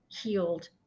healed